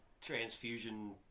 transfusion